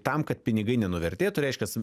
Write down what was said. tam kad pinigai nenuvertėtų reiškias